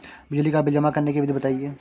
बिजली का बिल जमा करने की विधि बताइए?